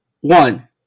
One